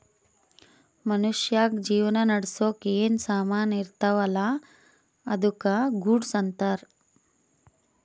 ಮನ್ಶ್ಯಾಗ್ ಜೀವನ ನಡ್ಸಾಕ್ ಏನ್ ಸಾಮಾನ್ ಇರ್ತಾವ ಅಲ್ಲಾ ಅದ್ದುಕ ಗೂಡ್ಸ್ ಅಂತಾರ್